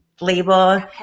label